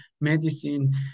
medicine